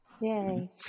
Yay